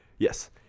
Yes